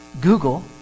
Google